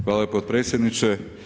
Hvala potpredsjedniče.